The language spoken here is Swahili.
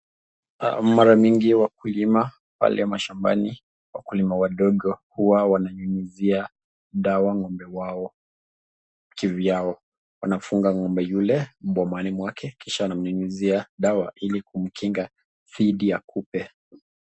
Mara mingi wakulima pale mashambani, wakulima wadogo huwa wananyunyuzia dawa ng'ombe wao kivyao. Wanafunga ng'ombe yule bomani mwake kisha anamnyunyuzia dawa ili kumkinga dhidi ya kupe.